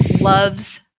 loves